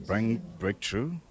breakthrough